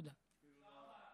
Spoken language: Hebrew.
תודה רבה, אחמד.